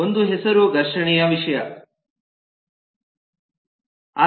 ಒಂದು ಹೆಸರು ಘರ್ಷಣೆಯ ವಿಷಯ ಆಗಿದೆ